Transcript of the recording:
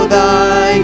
Thy